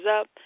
up